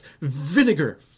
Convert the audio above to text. vinegar